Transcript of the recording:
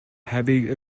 heavy